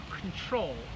control